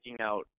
out